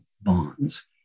bonds